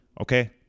okay